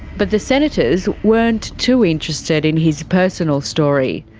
but the senators weren't too interested in his personal story.